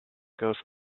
goes